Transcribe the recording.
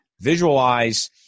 visualize